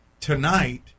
tonight